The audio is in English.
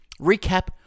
Recap